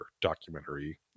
documentary